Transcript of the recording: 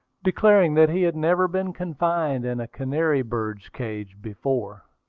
declaring that he had never been confined in a canary-bird's cage before.